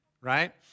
right